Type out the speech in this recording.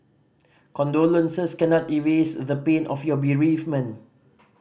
condolences cannot erase the pain of your bereavement